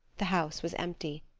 the house was empty.